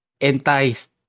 enticed